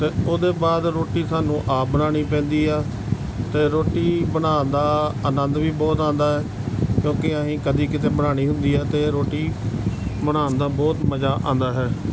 ਅਤੇ ਉਹਦੇ ਬਾਅਦ ਰੋਟੀ ਸਾਨੂੰ ਆਪ ਬਣਾਉਣੀ ਪੈਂਦੀ ਆ ਅਤੇ ਰੋਟੀ ਬਣਾਉਣ ਦਾ ਆਨੰਦ ਵੀ ਬਹੁਤ ਆਉਂਦਾ ਕਿਉਂਕਿ ਅਸੀਂ ਕਦੇ ਕਿਤੇ ਬਣਾਉਣੀ ਹੁੰਦੀ ਆ ਅਤੇ ਰੋਟੀ ਬਣਾਉਣ ਦਾ ਬਹੁਤ ਮਜ਼ਾ ਆਉਂਦਾ ਹੈ